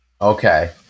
okay